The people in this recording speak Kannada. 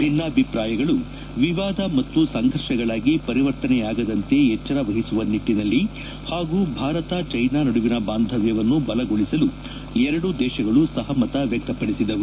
ಭಿನ್ನಾಭಿಪ್ರಾಯಗಳು ವಿವಾದ ಮತ್ತು ಸಂಫರ್ಷಗಳಾಗಿ ಪರಿವರ್ತನೆಯಾಗದಂತೆ ಎಚ್ಲರವಹಿಸುವ ನಿಟ್ಲನಲ್ಲಿ ಹಾಗೂ ಭಾರತ ಚೀನಾ ನಡುವಿನ ಬಾಂಧವ್ವವನ್ನು ಬಲಗೊಳಿಸಲು ಎರಡೂ ದೇಶಗಳು ಸಹಮತ ವ್ಯಕ್ತಪಡಿಸಿದವು